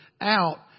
out